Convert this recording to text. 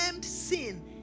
sin